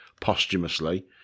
posthumously